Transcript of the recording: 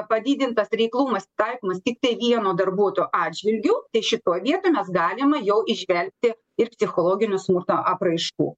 padidintas reiklumas taikomas tiktai vieno darbuotojo atžvilgiu tai šitoj vietoj mes galima jau įžvelgti ir psichologinio smurto apraiškų